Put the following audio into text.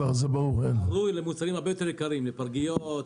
הם עברו למוצרים הרבה יותר יקרים: לפרגיות,